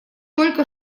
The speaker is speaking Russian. только